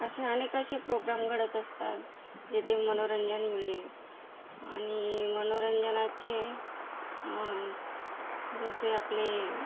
असे अनेक असे प्रोग्राम घडत असतात जिथे मनोरंजन मिळेल आणि मनोरंजनाचे जसे आपले